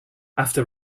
after